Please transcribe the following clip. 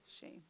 Shame